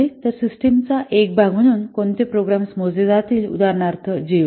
तर सिस्टमचा एक भाग म्हणून कोणते प्रोग्राम्स मोजले जातील उदाहरणार्थ जीयूआय